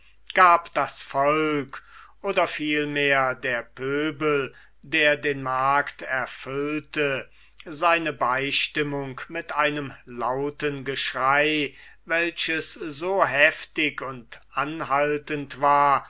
gab das volk oder vielmehr der pöbel der den markt erfüllte seine beistimmung mit einem lauten geschrei welches so heftig und anhaltend war